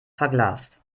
verglast